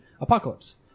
Apocalypse